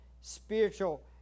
spiritual